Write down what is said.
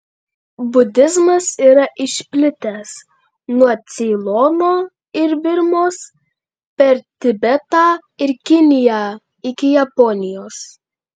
budizmas yra išplitęs nuo ceilono ir birmos per tibetą ir kiniją iki japonijos